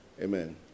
Amen